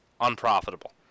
unprofitable